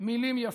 מילים יפות.